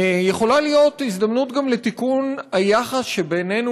יכולה להיות הזדמנות גם לתיקון היחס שבינינו